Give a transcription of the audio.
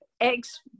Eggs